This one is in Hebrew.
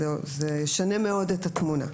בפועל זה ישנה מאוד את התמונה.